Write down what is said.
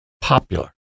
popular